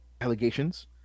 allegations